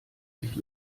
sich